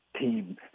team